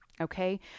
Okay